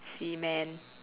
semen